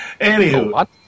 Anywho